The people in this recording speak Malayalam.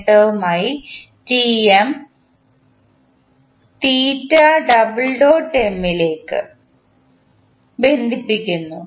നേട്ടവുമായി ലേക്ക് ബന്ധിപ്പിച്ചിരിക്കുന്നു